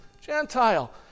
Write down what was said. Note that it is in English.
Gentile